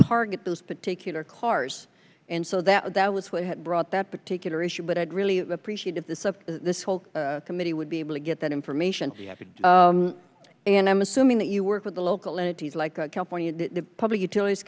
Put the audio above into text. target those particular cars and so that that was what had brought that particular issue but i'd really appreciate if this of this whole committee would be able to get that information and i'm assuming that you work with the local entities like a company and the public utilities